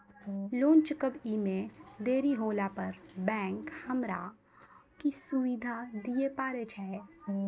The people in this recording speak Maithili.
लोन चुकब इ मे देरी होला पर बैंक हमरा की सुविधा दिये पारे छै?